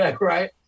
Right